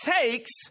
takes